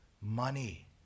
money